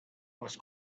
was